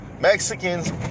Mexicans